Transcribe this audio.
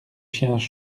chiens